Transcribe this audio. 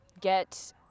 get